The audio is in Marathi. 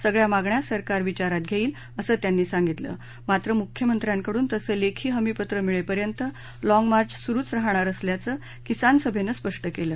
सगळ्या मागण्या सरकार विचारात घेईल असं त्यांनी सांगितलं मात्र मुख्यमंत्र्याकडून तसं लेखी हमीपत्र मिळेपर्यंत लॉग मार्च सुरूच राहणार असल्याचं किसान सभेनं स्पष्ट केलं